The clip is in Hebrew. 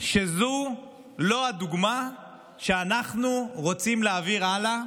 שזו לא הדוגמה שאנחנו רוצים להעביר הלאה,